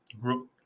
group